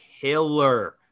killer